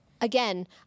again